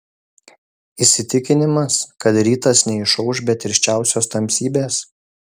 įsitikinimas kad rytas neišauš be tirščiausios tamsybės